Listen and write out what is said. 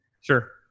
Sure